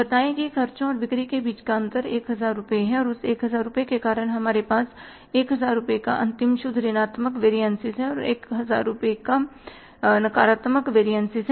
बताए गए ख़र्चों और बिक्री के बीच का अंतर 1000 रूपए हैं और उस 1000 रूपए के कारण हमारे पास 1000 रूपए का अंतिम शुद्ध ऋणात्मक वेरियनसिस है1000 रूपए का नकारात्मक वेरियनसिस है